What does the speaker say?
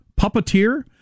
Puppeteer